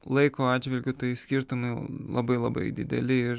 laiko atžvilgiu tai skirtumai labai labai dideli ir